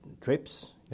trips